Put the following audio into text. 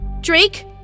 Drake